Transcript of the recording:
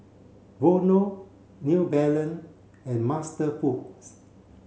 Vono New Balance and MasterFoods